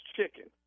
Chicken